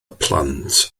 plant